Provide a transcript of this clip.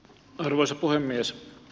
arvoisa puhemies